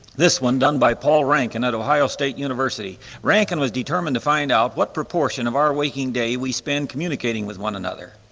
this one done by paul rankin at ohio state university. rankin was determined to find out what proportion of our waking day we spend communicating with one another.